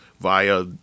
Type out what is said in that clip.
via